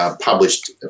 Published